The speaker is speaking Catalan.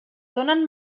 donen